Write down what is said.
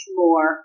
more